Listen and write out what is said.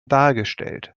dargestellt